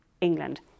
England